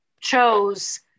chose